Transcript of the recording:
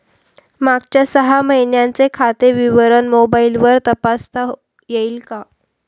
मागच्या सहा महिन्यांचे खाते विवरण मोबाइलवर तपासता येईल का?